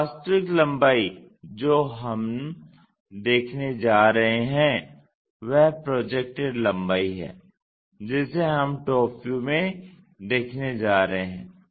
तो वास्तविक लंबाई जो हम देखने जा रहे हैं वह प्रोजेक्टेड लम्बाई है जिसे हम टॉप व्यू में देखने जा रहे हैं